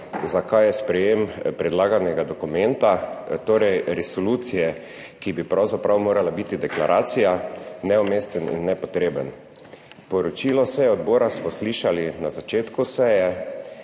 zakaj je sprejem predlaganega dokumenta, torej resolucije, ki bi pravzaprav morala biti deklaracija, neumesten in nepotreben. Poročilo seje odbora smo slišali na začetku seje